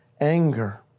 anger